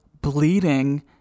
bleeding